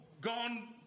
gone